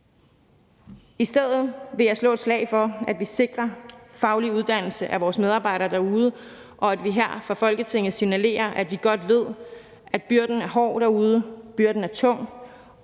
I stedet vil jeg slå et slag for, at vi sikrer faglig uddannelse af vores medarbejdere derude, at vi her fra Folketinget signalerer, at vi godt ved, at byrden derude er hård, at byrden er tung,